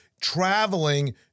traveling